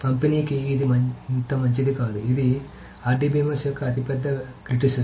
పంపిణీకి ఇది అంత మంచిది కాదు ఇది RDBMS యొక్క అతి పెద్ద విమర్శ